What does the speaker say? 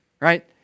right